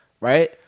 Right